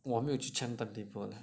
我没有去 check timetable leh